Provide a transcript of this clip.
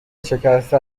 شکسته